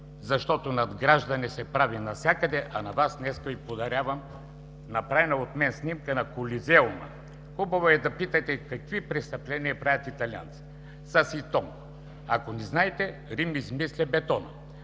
защото надграждане се прави навсякъде, а на Вас днес Ви подарявам направена от мен снимка на Колизеума. Хубаво е да питате какви престъпления правят италианците с итонг. Ако не знаете, Рим измисля бетона.